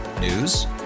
News